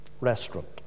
restaurant